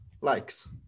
likes